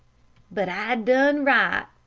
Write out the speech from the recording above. but i done right,